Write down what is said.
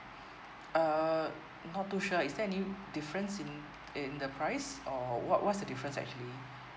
uh not too sure is there any difference in in the price or what what's the difference actually